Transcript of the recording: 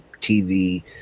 TV